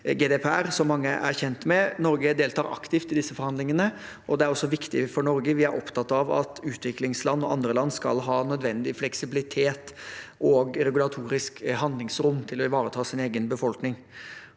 GDPR, som mange er kjent med. Norge deltar aktivt i disse forhandlingene, det er også viktig for Norge. Vi er opptatt av at utviklingsland og andre land skal ha nødvendig fleksibilitet og regulatorisk handlingsrom til å ivareta sin egen befolkning.